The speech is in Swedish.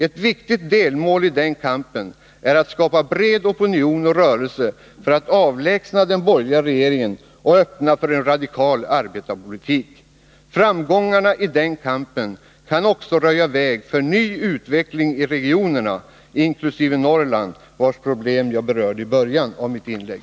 Ett viktigt delmål i den kampen är att skapa bred opinion och rörelse för att avlägsna den borgerliga regeringen och öppna för en radikal arbetarpolitik. Framgångarna i den kampen kan också röja väg för ny utveckling i regionerna, inkl. Norrland, vars problem jag berörde i början av mitt inlägg.